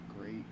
great